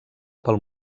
pel